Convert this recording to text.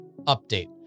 update